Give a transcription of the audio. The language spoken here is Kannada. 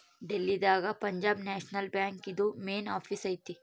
ಡೆಲ್ಲಿ ದಾಗ ಪಂಜಾಬ್ ನ್ಯಾಷನಲ್ ಬ್ಯಾಂಕ್ ಇಂದು ಮೇನ್ ಆಫೀಸ್ ಐತಿ